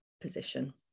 position